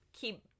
keep